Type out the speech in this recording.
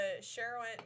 sherwin